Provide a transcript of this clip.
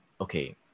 okay